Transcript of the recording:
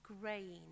Grain